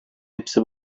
hepsi